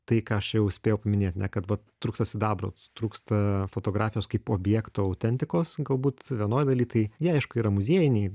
tai ką aš jau spėjau paminėt kad vat trūksta sidabro trūksta fotografijos kaip objekto autentikos galbūt vienoj daly tai jie aišku yra muziejiniai